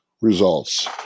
results